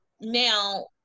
now